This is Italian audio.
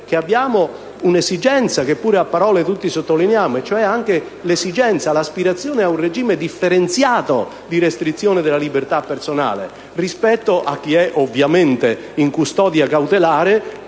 abbiamo l'esigenza, che pure a parole tutti sottolineiamo, l'aspirazione ad un regime differenziato di restrizione della libertà personale fra chi è in custodia cautelare